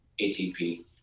ATP